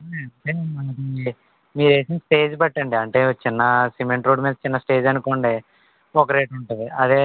మనది మీరు వేసిన స్టేజ్ బట్టి అండి అంటే ఒక చిన్న సిమెంట్ రోడ్డు మీద చిన్న స్టేజ్ అనుకోండి ఒక రేట్ ఉంటుంది అలాగే